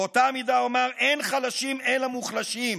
באותה מידה אומר: אין חלשים אלא מוחלשים,